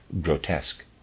grotesque